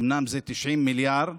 אומנם זה 90 מיליארד,